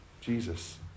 Jesus